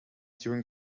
during